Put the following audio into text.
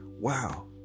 wow